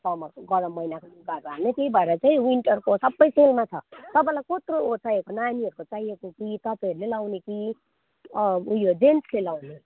समरको गरम महिनाको लुगाहरू हाल्ने त्यही भएर चाहिँ विन्टरको सबै सेलमा छ तपाईँलाई कत्रोको चाहिएको नानीहरूको चाहिएको कि तपाईँहरूले लगाउने कि उयो जेन्ट्सले लगाउने